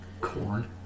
Corn